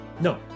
No